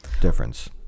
difference